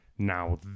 Now